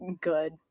good